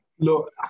Look